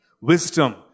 wisdom